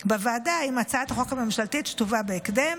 בוועדה עם הצעת החוק הממשלתית שתובא בהקדם,